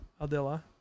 Adela